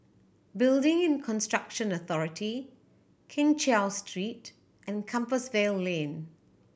Building in Construction Authority Keng Cheow Street and Compassvale Lane